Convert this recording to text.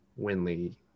Winley